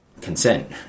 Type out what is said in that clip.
consent